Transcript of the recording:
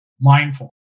mindful